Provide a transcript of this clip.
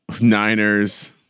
Niners